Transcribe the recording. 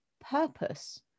purpose